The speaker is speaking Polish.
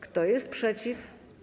Kto jest przeciw?